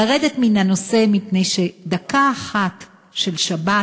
לרדת מן הנושא, מפני שדקה אחת של שבת